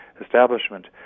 establishment